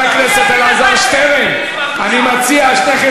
בגלל שאתה מציע, מציע כל מיני